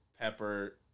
pepper